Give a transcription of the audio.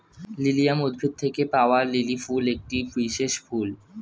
lilium উদ্ভিদ থেকে পাওয়া লিলি ফুল একটি বিশেষ ফুল